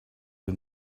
and